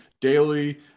daily